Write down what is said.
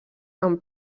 amb